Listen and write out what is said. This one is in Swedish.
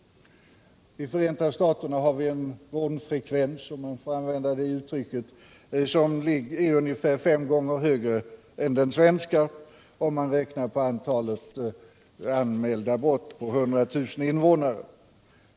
I Förenta staterna har man en rånfrekvens som är ungefär fem gånger den svenska vad gäller antalet anmälda brott per 100 000 invånare.